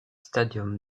stadium